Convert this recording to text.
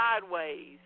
sideways